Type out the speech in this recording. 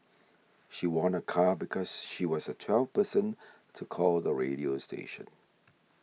she won a car because she was the twelfth person to call the radio station